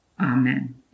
Amen